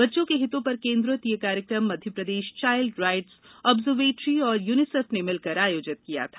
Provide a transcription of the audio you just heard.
बच्चों के हितों पर केन्द्रित यह कार्यक्रम मध्यप्रदेश चाइल्ड राइटस् आब्जर्वेटरी और यूनीसेफ ने मिलकर आयोजित किया था